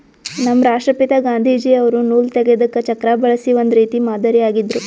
ನಮ್ ರಾಷ್ಟ್ರಪಿತಾ ಗಾಂಧೀಜಿ ಅವ್ರು ನೂಲ್ ತೆಗೆದಕ್ ಚಕ್ರಾ ಬಳಸಿ ಒಂದ್ ರೀತಿ ಮಾದರಿ ಆಗಿದ್ರು